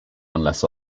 unless